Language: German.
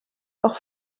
auch